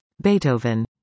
Beethoven